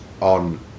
on